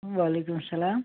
وعلیکُم السَلام